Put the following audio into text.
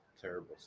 Terrible